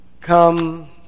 come